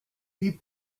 wie